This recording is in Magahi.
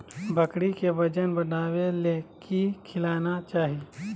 बकरी के वजन बढ़ावे ले की खिलाना चाही?